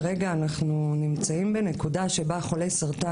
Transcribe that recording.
כרגע אנחנו נמצאים בנקודה שבה חולי סרטן